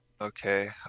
Okay